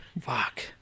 Fuck